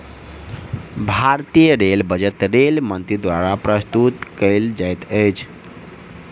भारतीय rail budget rail मंत्री द्वारा प्रस्तुत कयल जाइत अछि